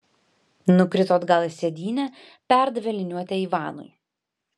nukrito atgal į sėdynę perdavė liniuotę ivanui